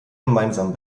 gemeinsam